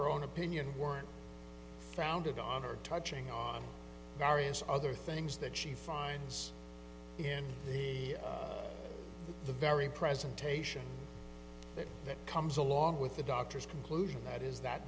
her own opinion were founded on her touching on various other things that she finds in the very presentation that comes along with the doctor's conclusion that is that